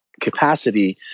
capacity